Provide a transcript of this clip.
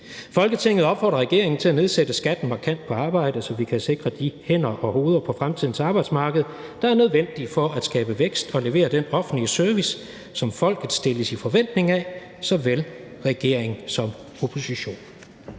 Folketinget opfordrer regeringen til at nedsætte skatten markant på arbejde, så vi kan sikre de hænder og hoveder på fremtidens arbejdsmarked, der er nødvendige for at skabe vækst og levere den offentlige service, som folket stilles i udsigt af såvel regering som opposition.«